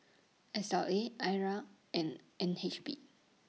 S L A I R and N H B